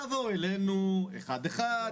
תבואו אלינו אחד אחד,